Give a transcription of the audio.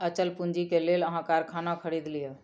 अचल पूंजी के लेल अहाँ कारखाना खरीद लिअ